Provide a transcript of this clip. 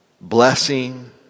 blessing